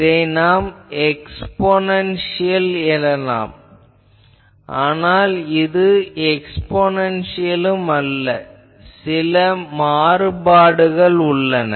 இதை நாம் எக்ஸ்பொனன்சியல் எனலாம் ஆனால் இது எக்ஸ்பொனன்சியலும் அல்ல சில மாறுபாடுகள் உள்ளன